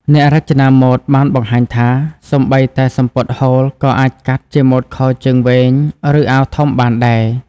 អ្នករចនាម៉ូដបានបង្ហាញថា សូម្បីតែសំពត់ហូលក៏អាចកាត់ជាម៉ូដខោជើងវែង ឬអាវធំបានដែរ។